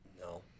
No